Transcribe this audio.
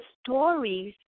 stories